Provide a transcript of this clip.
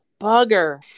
bugger